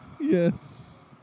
Yes